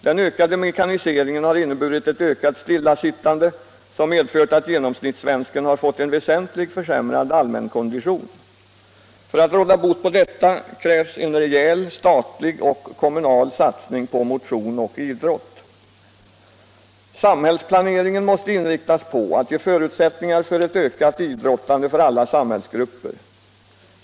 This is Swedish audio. Den ökade mekaniseringen har inneburit ett ökat stillasittande som medfört att genomsnittssvensken har fått en väsentligt försämrad allmänkondition. För att råda bot på detta krävs en rejäl statlig och kommunal satsning på motion och idrott. Samhällsplaneringen måste inriktas på att ge förutsättningar för ett ökat idrottande för alla samhällsgrupper.